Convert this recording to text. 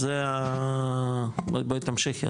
אז בואי תמשיכי,